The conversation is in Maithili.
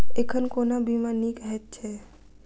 एखन कोना बीमा नीक हएत छै?